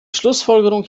schlussfolgerung